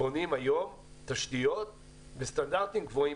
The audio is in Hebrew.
בונים היום תשתיות בסטנדרטים גבוהים